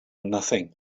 nothing